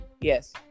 yes